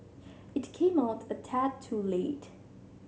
it came out a tad too late